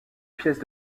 pièce